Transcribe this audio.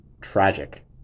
tragic